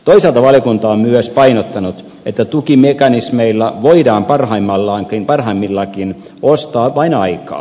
toisaalta valiokunta on myös painottanut että tukimekanismeilla voidaan parhaimmillaankin ostaa vain aikaa